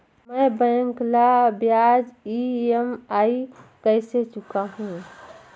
मैं बैंक ला ब्याज ई.एम.आई कइसे चुकाहू?